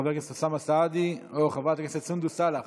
חבר הכנסת אוסאמה סעדי או חברת הכנסת סונדוס סאלח,